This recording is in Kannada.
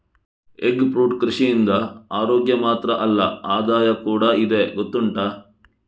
ಎಗ್ ಫ್ರೂಟ್ ಕೃಷಿಯಿಂದ ಅರೋಗ್ಯ ಮಾತ್ರ ಅಲ್ಲ ಆದಾಯ ಕೂಡಾ ಇದೆ ಗೊತ್ತುಂಟಾ